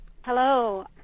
Hello